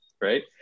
right